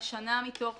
השנה מתוך